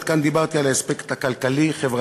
עד כאן דיברתי על האספקט הכלכלי-חברתי.